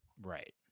Right